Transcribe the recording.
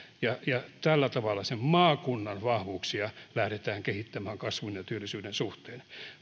ja ja tällä tavalla sen maakunnan vahvuuksia lähdetään kehittämään kasvun ja työllisyyden suhteen